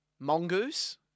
Mongoose